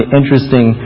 interesting